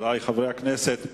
חברי חברי הכנסת,